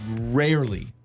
rarely